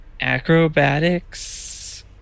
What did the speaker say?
Acrobatics